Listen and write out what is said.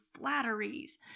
flatteries